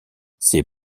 ses